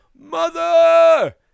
mother